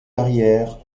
arrière